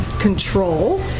control